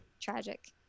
tragic